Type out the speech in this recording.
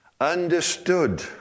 Understood